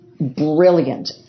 brilliant